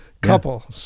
couple